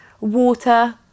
water